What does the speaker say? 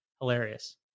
Hilarious